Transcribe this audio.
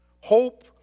Hope